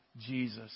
Jesus